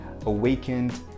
awakened